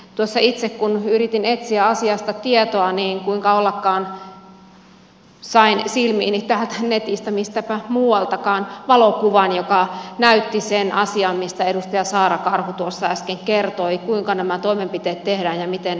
tuossa itse kun yritin etsiä asiasta tietoa niin kuinka ollakaan sain silmiini netistä mistäpä muualtakaan valokuvan joka näytti sen asian mistä edustaja saara karhu tuossa äsken kertoi kuinka nämä toimenpiteet tehdään ja miten ne tapahtuvat